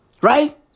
Right